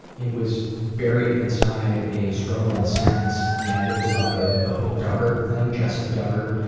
it was buried inside a struggle in a sentence, and it was about the the whole duggar thing. jessa duggar,